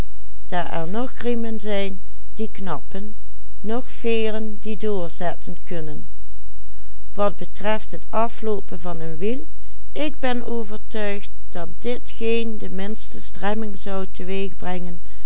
wat betreft het afloopen van een wiel ik ben overtuigd dat dit geen de minste stremming